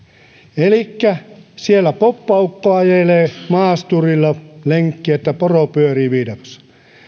elikkä siellä poppaukko ajelee maasturilla lenkkiä että poro pyörii viidakossa